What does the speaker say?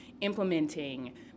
implementing